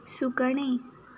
सुकणीं